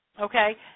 Okay